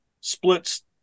splits